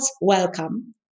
welcome